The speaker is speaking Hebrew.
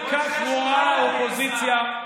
וכך רואה האופוזיציה,